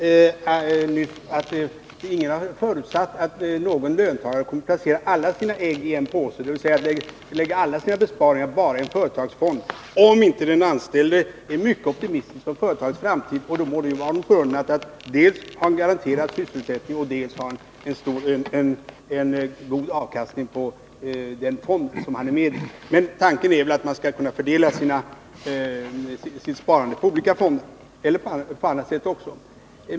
Herr talman! Jag tyckte att jag nyss försökte utreda att ingen har förutsatt att någon löntagare kommer att placera alla sina ägg i samma påse, dvs. lägga alla sina besparingar i en företagsfond, om inte den anställde är mycket optimistisk om företagets framtid — i så fall borde det ju vara honom förunnat att dels ha en garanterad sysselsättning, dels få en god avkastning på den fond 65 som han är medlem i. Tanken är väl att man skall kunna fördela sitt sparande på olika fonder och på annat sätt också.